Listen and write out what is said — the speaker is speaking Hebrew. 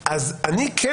היושב-ראש, אני אשמח